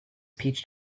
peach